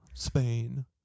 Spain